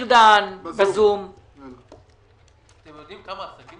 קח עסקים